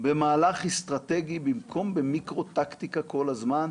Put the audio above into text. במהלך אסטרטגי במקום במיקרו-טקטיקה כל הזמן.